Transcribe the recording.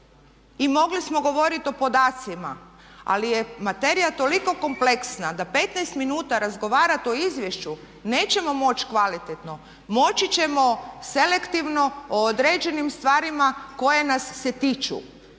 mogli smo govoriti o podacima, ali je materija toliko kompleksna da 15 minuta razgovarati o izvješću nećemo kvalitetno. Moći ćemo selektivno o određenim stvarima koje nas se tiču